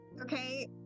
Okay